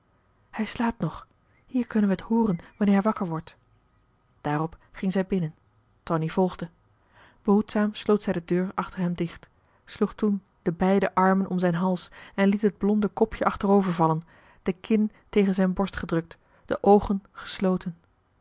hij slaapt nog hier kunnen wij t hooren wanneer hij wakker wordt daarop ging zij binnen tonie volgde behoedzaam sloot zij de deur achter hem dicht sloeg toen de beide armen om zijn hals en liet het blonde kopje achterovervallen de kin tegen zijn borst gedrukt de oogen gesloten